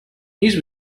news